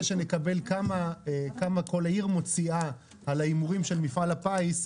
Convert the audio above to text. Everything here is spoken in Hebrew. שנקבל כמה כל עיר מוציאה על הימורי מפעל הפיס,